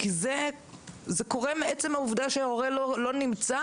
כי זה קורה מעצם העובדה שההורה לא נמצא,